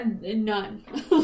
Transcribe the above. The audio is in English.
none